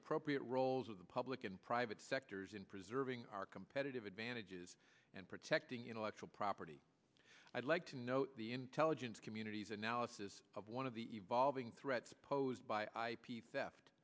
appropriate roles of the public and private sectors in preserving our competitive advantages and protecting intellectual property i'd like to note the intelligence community's analysis of one of the evolving threats posed by ip theft